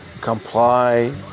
comply